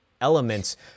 elements